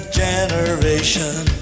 generation